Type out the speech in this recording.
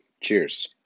cheers